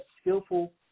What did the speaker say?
skillful